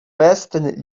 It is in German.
westen